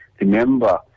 Remember